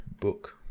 book